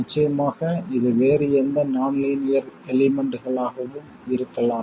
நிச்சயமாக இது வேறு எந்த நான் லீனியர் எலிமெண்ட்களாகவும் இருக்கலாம்